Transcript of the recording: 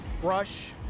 brush